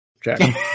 Jack